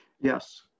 Yes